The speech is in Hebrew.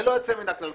ללא יוצא מן הכלל.